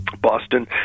Boston